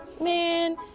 man